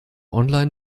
online